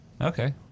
Okay